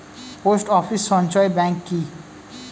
Post office সঞ্চয় bank কি?